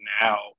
now